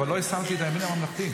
אבל לא הסרתי את הימין הממלכתי.